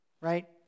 right